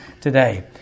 today